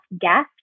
guest